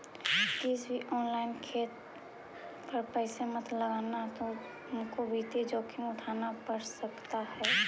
किसी भी ऑनलाइन खेल पर पैसे मत लगाना तुमको वित्तीय जोखिम उठान पड़ सकता है